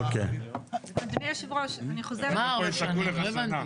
אוקי, שלוש שנים.